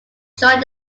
joined